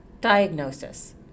Diagnosis